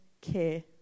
care